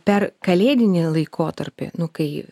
per kalėdinį laikotarpį nu kai